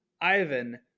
Ivan